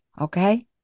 Okay